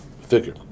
figure